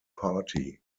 party